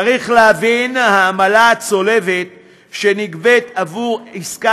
צריך להבין: העמלה הצולבת שנגבית עבור עסקה